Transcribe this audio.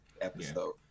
episode